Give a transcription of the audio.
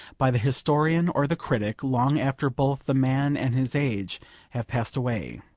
by the historian, or the critic, long after both the man and his age have passed away.